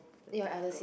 your other sis